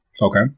Okay